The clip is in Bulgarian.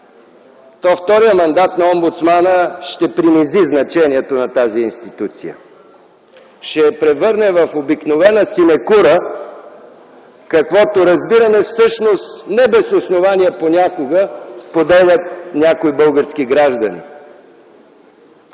то вторият мандат на омбудсмана ще принизи значението на тази институция, ще я превърне в обикновена синекура, каквото разбиране, всъщност не без основание, понякога споделят някои български граждани.